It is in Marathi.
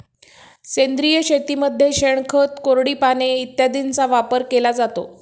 सेंद्रिय शेतीमध्ये शेणखत, कोरडी पाने इत्यादींचा वापर केला जातो